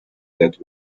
that